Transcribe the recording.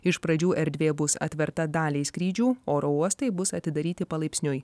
iš pradžių erdvė bus atverta daliai skrydžių oro uostai bus atidaryti palaipsniui